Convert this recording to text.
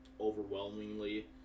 overwhelmingly